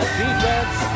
defense